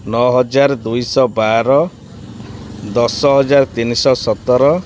ନଅ ହଜାର ଦୁଇଶହ ବାର ଦଶ ହଜାର ତିନିଶହ ସତର